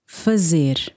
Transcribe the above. fazer